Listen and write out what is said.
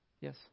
yes